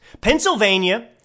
Pennsylvania